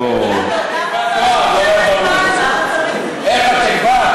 בואו ניתן לשר את